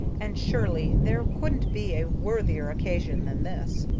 and surely there couldn't be a worthier occasion than this.